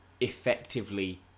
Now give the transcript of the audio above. effectively